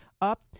up